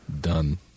done